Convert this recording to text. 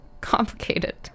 complicated